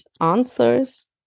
answers